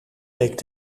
leek